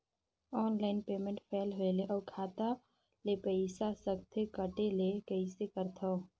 Online payment fail होय ले अउ खाता ले पईसा सकथे कटे ले कइसे करथव?